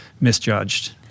misjudged